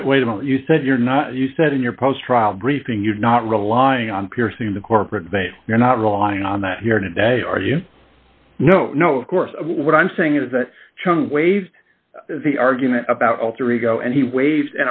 wait wait a minute you said you're not you said in your post trial briefing you're not relying on piercing the corporate veil you're not drawing on that here today are you know no of course what i'm saying is that chung waived the argument about alter ego and he wave